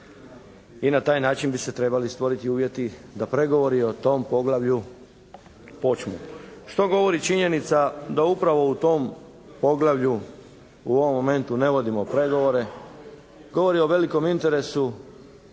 i na taj način bi se trebali stvoriti uvjeti da pregovori o tom poglavlju počnu. Što govori činjenica da upravo u tom poglavlju u ovom momentu ne vodimo pregovore? Govori o velikom interesu